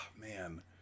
Man